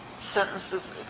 Sentences